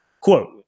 Quote